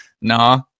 Nah